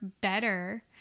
better